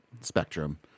spectrum